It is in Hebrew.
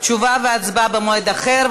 תשובה והצבעה במועד אחר,